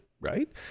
Right